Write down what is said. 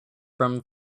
from